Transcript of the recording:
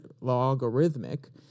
logarithmic